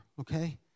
Okay